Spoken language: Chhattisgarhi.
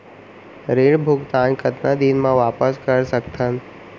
ऋण भुगतान कतका दिन म वापस कर सकथन?